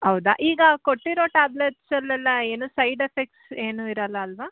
ಹೌದಾ ಈಗ ಕೊಟ್ಟಿರೋ ಟ್ಯಾಬ್ಲೆಟ್ಸೆಲ್ಲೆಲ್ಲ ಏನು ಸೈಡ್ ಇಫೆಕ್ಟ್ಸ್ ಏನು ಇರಲ್ಲ ಅಲ್ಲವಾ